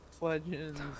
Legends